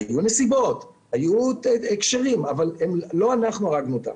היו נסיבות, היו הקשרים, אבל לא אנחנו הרגנו אותם.